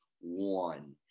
one